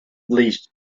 least